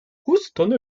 houston